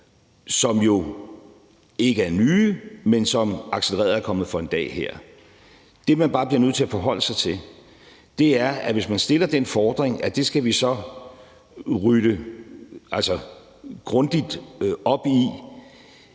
som jo ikke er nye, men som er accelereret og er kommet for en dag her. Det, man bare bliver nødt til at forholde sig til, er, at hvis man stiller den fordring, at det skal vi rydde grundigt op i,